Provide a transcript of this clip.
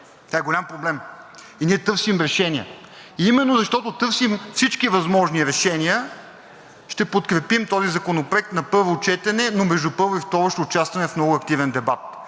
това е голям проблем и ние търсим решения. Именно защото търсим всички възможни решения, ще подкрепим този законопроект на първо четене, но между първо и второ ще участваме в много активен дебат.